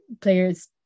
players